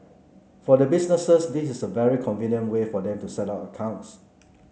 for the businesses this is a very convenient way for them to set up accounts